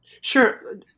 Sure